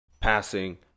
passing